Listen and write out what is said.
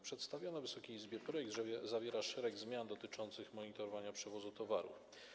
Przedstawiony Wysokiej Izbie projekt zawiera szereg zmian dotyczących monitorowania przewozu towarów.